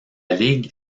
ligue